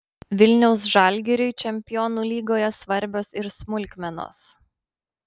vilniaus žalgiriui čempionų lygoje svarbios ir smulkmenos